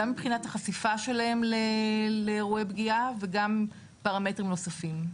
גם מבחינת החשיפה שלהם לאירועי פגיעה וגם פרמטרים נוספים.